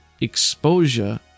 exposure